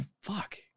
fuck